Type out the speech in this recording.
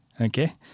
Okay